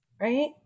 Right